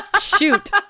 Shoot